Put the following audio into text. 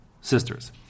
sisters